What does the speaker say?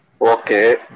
Okay